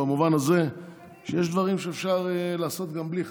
במובן הזה שיש דברים שאפשר לעשות גם בלי חקיקה.